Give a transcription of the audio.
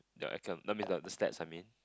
your econ~ don't miss out the the stats I mean